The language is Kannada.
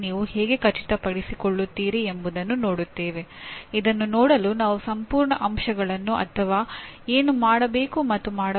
ಅದು ಹಲವಾರು ಘೋಷಿತ ಪರಿಣಾಮಗಳನ್ನು ಪೂರೈಸಲು ತನ್ನ ಚಟುವಟಿಕೆಗಳನ್ನು ಯೋಜಿಸಬೇಕು ಮತ್ತು ನಡೆಸಬೇಕು